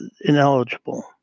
ineligible